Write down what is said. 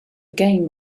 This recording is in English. game